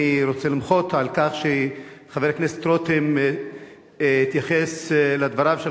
אני רוצה למחות על כך שחבר הכנסת רותם התייחס לדבריו של